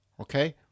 okay